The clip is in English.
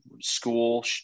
school